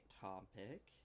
topic